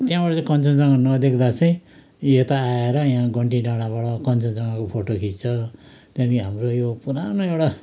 त्यहाँबाट चाहिँ कञ्चनजङ्घा नदेख्दा चाहिँ यी यता आएर यहाँ घन्टी डाँडाबाट कञ्चनजङ्घाको फोटो खिच्छ त्यहाँदेखि हाम्रो यो पुरानो एउटा